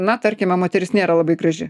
na tarkime moteris nėra labai graži